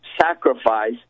sacrifice